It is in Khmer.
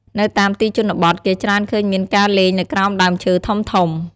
នៅតាមទីជនបទ គេច្រើនឃើញមានការលេងនៅក្រោមដើមឈើធំៗ។